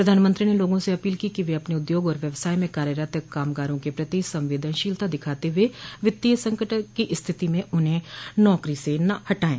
प्रधानमंत्री ने लोगों से अपोल की कि वे अपने उद्योग और व्यवसाय में कार्यरत कामगारों के प्रति संवेदनशीलता दिखाते हुए वित्तीय संकट की स्थिति में उन्हें नाकरी से न हटाएं